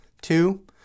Two